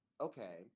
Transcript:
okay